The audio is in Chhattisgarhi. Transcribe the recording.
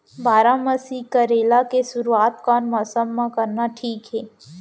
बारामासी करेला के शुरुवात कोन मौसम मा करना ठीक हे?